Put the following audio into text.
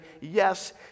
yes